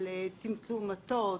של צמצום מטות.